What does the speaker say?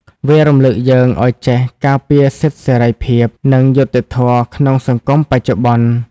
វារំលឹកយើងឱ្យចេះការពារសិទ្ធិសេរីភាព និងយុត្តិធម៌ក្នុងសង្គមបច្ចុប្បន្ន។